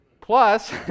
Plus